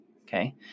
Okay